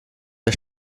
der